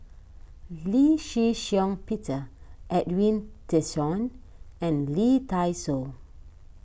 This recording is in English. Lee Shih Shiong Peter Edwin Tessensohn and Lee Dai Soh